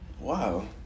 Wow